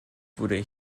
wurde